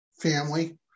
family